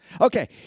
Okay